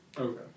Okay